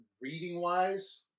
Reading-wise